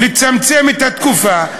לצמצום התקופה,